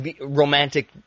romantic